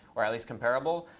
or at least comparable.